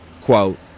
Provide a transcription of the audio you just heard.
quote